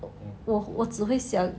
我我只会想